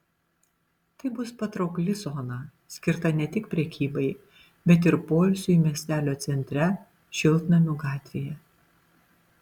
tai bus patraukli zona skirta ne tik prekybai bet ir poilsiui miestelio centre šiltnamių gatvėje